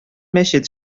мәчет